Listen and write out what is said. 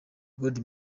god